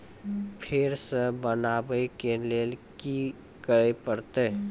फेर सॅ बनबै के लेल की करे परतै?